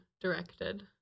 directed